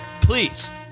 Please